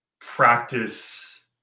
practice